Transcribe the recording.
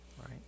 right